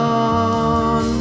on